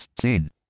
scene